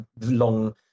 long